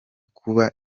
kuba